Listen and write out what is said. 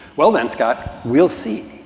well, then, scott, we'll see